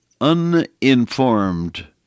Uninformed